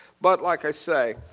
but like i say,